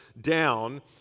down